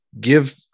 give